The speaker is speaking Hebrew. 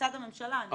מצד הממשלה.